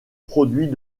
produits